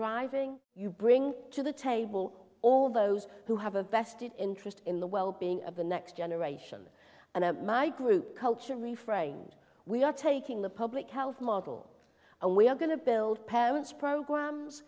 driving you bring to the table all those who have a vested interest in the well being of the next generation and my group culture reframed we are taking the public health model and we are going to build parents programs